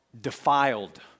defiled